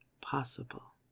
possible